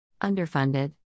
Underfunded